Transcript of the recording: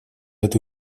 эту